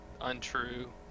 untrue